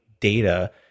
data